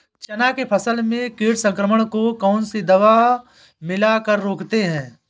चना के फसल में कीट संक्रमण को कौन सी दवा मिला कर रोकते हैं?